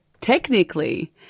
technically